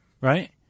right